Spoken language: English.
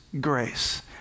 grace